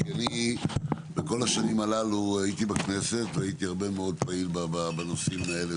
כי בכל השנים הללו הייתי בכנסת והייתי פעיל הרבה מאוד בנושאים האלה